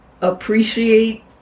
appreciate